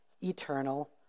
eternal